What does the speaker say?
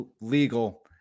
legal